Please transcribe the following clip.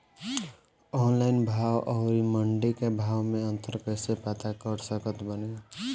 Online भाव आउर मंडी के भाव मे अंतर कैसे पता कर सकत बानी?